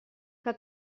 que